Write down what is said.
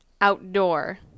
outdoor